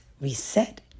reset